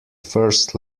first